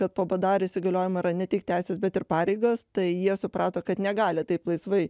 kad po bdar įsigaliojimo yra ne tik teisės bet ir pareigos tai jie suprato kad negali taip laisvai